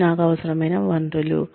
ఇవి నాకు అవసరమైన వనరులు